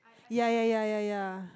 ya ya ya ya ya